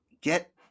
get